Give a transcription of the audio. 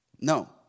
No